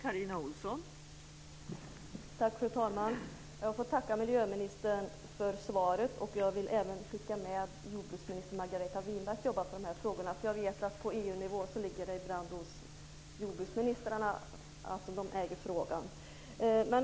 Fru talman! Jag får tacka miljöministern för svaret. Jag vill även skicka med att jordbruksminister Margareta Winberg ska jobba på de här frågorna. Jag vet att på EU-nivå är det ibland jordbruksministrarna som äger frågan.